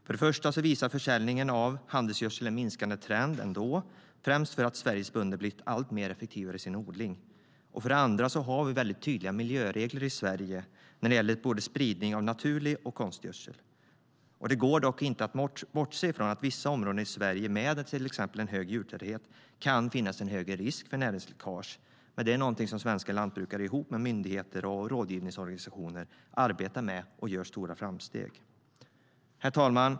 För det första visar försäljningen av handelsgödsel en minskande trend främst för att Sveriges bönder blivit alltmer effektivare i sin odling. För det andra har vi väldigt tydliga miljöregler i Sverige för spridning av både naturlig gödsel och konstgödsel. Det går dock inte att bortse ifrån att det i vissa områden i Sverige med till exempel en hög djurtäthet kan finnas en högre risk för näringsläckage. Det är någonting som svenska lantbrukare ihop med myndigheter och rådgivningsorganisationer arbetar med och där man gör framsteg. Herr talman!